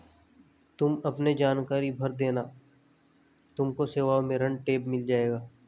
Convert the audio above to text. तुम अपने जानकारी भर देना तुमको सेवाओं में ऋण टैब मिल जाएगा